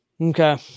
Okay